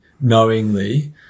knowingly